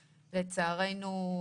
לצערנו,